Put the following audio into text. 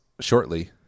shortly